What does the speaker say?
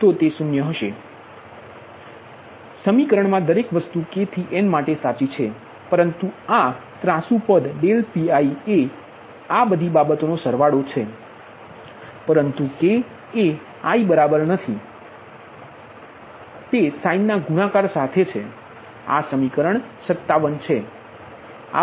જોકે સમીકરણમાં દરેક વસ્તુ k 1 થી n માટે સાચી છે પરંતુ આ ત્રાંસુ પદ Pi એ આ બધી બાબતોનો સરવાળો છે પરંતુ k એ i બરાબર નથી પરંતુ sin ના ગુણાકાર સાથે છે આ સમીકરણ 57 છે